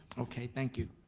okay, thank you.